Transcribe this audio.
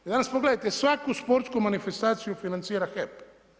Vi danas pogledajte svaku sportsku manifestaciju financira HEP.